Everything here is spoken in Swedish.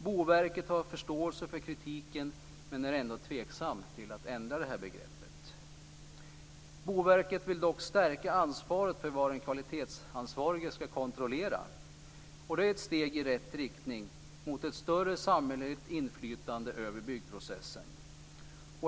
Boverket har förståelse för kritiken men är ändå tveksamt till att ändra det här begreppet. Boverket vill dock stärka ansvaret för vad den kvalitetsansvarige skall kontrollera, och det är ett steg i rätt riktning mot ett större samhälleligt inflytande över byggprocessen.